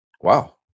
Wow